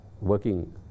working